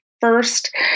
first